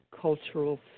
cultural